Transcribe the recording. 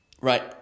right